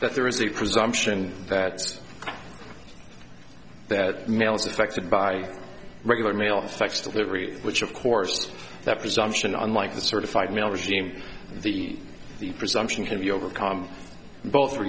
that there is a presumption that says that males affected by regular male sex slavery which of course that presumption unlike the certified mail regime the the presumption can be overcome both re